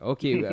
Okay